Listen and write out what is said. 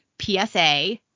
PSA